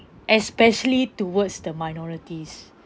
especially towards the minorities